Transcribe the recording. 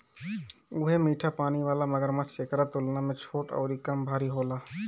उहे मीठा पानी वाला मगरमच्छ एकरा तुलना में छोट अउरी कम भारी होला